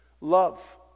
Love